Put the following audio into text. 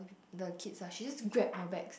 the kids ah she just grab our bags